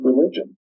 religion